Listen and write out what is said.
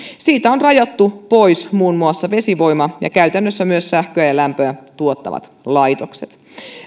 siitä on rajattu pois muun muassa vesivoima ja käytännössä myös sähköä ja lämpöä tuottavat laitokset